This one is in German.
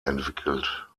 entwickelt